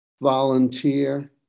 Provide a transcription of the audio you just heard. Volunteer